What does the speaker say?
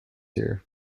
here